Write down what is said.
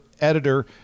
editor